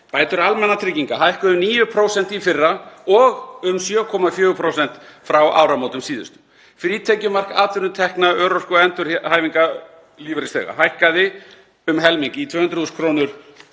Bætur almannatrygginga hækkuðu um 9% í fyrra og um 7,4% frá áramótum síðustu. Frítekjumark atvinnutekna örorku- og endurhæfingarlífeyrisþega hækkaði um helming, í 200.000 kr.